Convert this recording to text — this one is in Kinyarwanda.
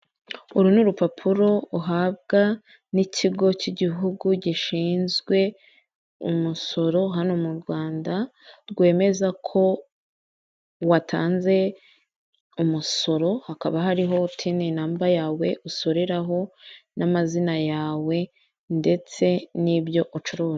Uru n'urupapuro uhabwa n'ikigo cy'igihugu gishinzwe umusoro hano mu Rwanda rwemeza ko watanze umusoro hakaba hariho tini namba yawe usoreraho n'amazina yawe ndetse n'ibyo ucuruza.